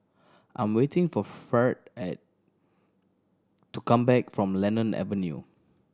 I'm waiting for Ferd at to come back from Lemon Avenue